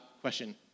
question